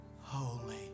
holy